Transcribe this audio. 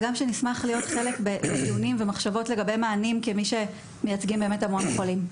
נשמח להיות חלק בדיונים ובמחשבות לגבי מענים כמי שמייצגים המון חולים.